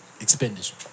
expenditure